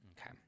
Okay